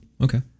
okay